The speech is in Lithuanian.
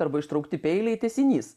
arba ištraukti peiliai tęsinys